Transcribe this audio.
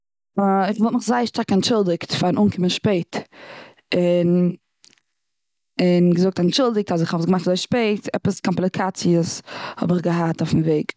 אה.. איך וואלט מיך זייער אנטשולדיגט פארן אנקומען שפעט. און און געזאגט אנטשולדיגט אז כ'האב עס געמאכט אזוי שפעט. עפעס קאמפליקאציעס האב איך געהאט אויפן וועג.